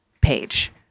page